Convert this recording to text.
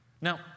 Now